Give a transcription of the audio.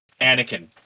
Anakin